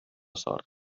sort